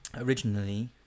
originally